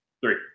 Three